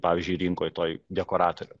pavyzdžiui rinkoj toj dekoratorių